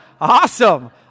awesome